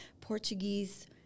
Portuguese